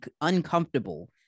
uncomfortable